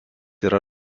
yra